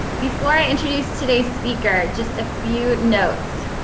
before i introduce today's speaker, just a few notes.